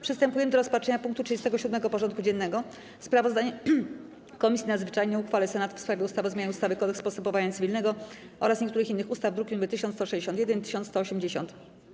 Przystępujemy do rozpatrzenia punktu 37. porządku dziennego: Sprawozdanie Komisji Nadzwyczajnej o uchwale Senatu w sprawie ustawy o zmianie ustawy - Kodeks postępowania cywilnego oraz niektórych innych ustaw (druki nr 1161 i 1180)